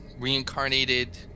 reincarnated